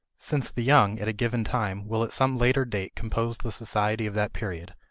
since the young at a given time will at some later date compose the society of that period,